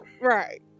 Right